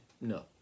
No